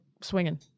swinging